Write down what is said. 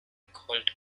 called